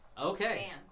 Okay